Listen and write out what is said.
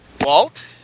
Walt